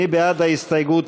מי בעד ההסתייגות?